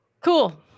Cool